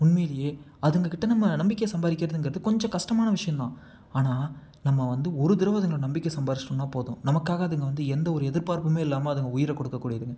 உண்மையிலேயே அதுங்ககிட்ட நம்ம நம்பிக்கை சம்பாரிக்கிறதுங்கறது கொஞ்சம் கஷ்மான விஷயந்தான் ஆனால் நம்ம வந்து ஒரு தடவ அதுங்கள நம்பிக்கயை சம்பாரிச்சிட்டம்னா போதும் நமக்காக அதுங்க வந்து எந்த ஒரு எதிர்பார்ப்புமே இல்லாமல் அதுங்க உயிர கொடுக்கக்கூடியதுங்க